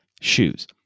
shoes